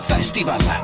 Festival